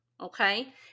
Okay